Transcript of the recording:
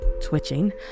twitching